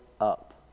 up